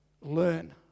learn